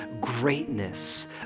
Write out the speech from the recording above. greatness